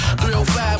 305